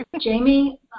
Jamie